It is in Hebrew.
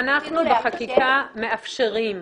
אנחנו בחקיקה מאפשרים.